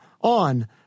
on